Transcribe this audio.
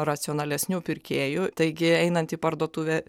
racionalesniu pirkėju taigi einant į parduotuvę